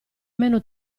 meno